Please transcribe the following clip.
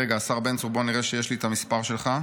רגע, השר בן צור, בוא נראה שיש לי את המספר שלך.